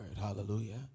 Hallelujah